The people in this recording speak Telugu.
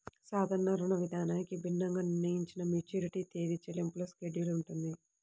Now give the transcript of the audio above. సాధారణ రుణవిధానానికి భిన్నంగా నిర్ణయించిన మెచ్యూరిటీ తేదీ, చెల్లింపుల షెడ్యూల్ ఉంటుంది